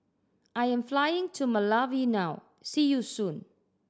I am flying to Malawi now see you soon